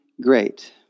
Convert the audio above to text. great